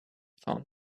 found